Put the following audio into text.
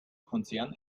konzern